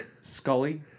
Scully